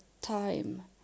time